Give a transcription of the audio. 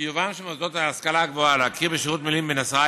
חיובם של מוסדות ההשכלה הגבוהה להכיר בשירות מילואים בן עשרה